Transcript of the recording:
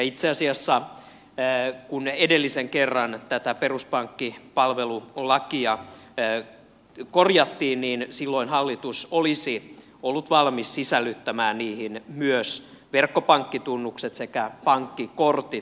itse asiassa kun edellisen kerran tätä peruspankkipalvelulakia korjattiin niin silloin hallitus olisi ollut valmis sisällyttämään niihin myös verkkopankkitunnukset sekä pankkikortit